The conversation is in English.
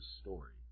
story